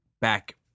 back